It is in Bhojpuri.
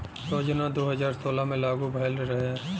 योजना दू हज़ार सोलह मे लागू भयल रहल